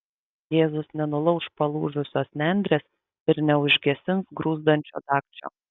jėzus nenulauš palūžusios nendrės ir neužgesins gruzdančio dagčio